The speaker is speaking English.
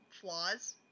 flaws